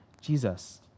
Jesus